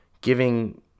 giving